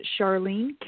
Charlene